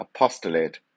apostolate